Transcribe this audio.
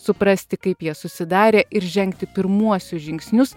suprasti kaip jie susidarė ir žengti pirmuosius žingsnius